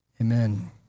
Amen